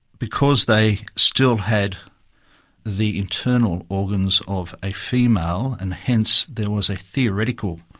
because they still had the internal organs of a female and hence there was a theoretical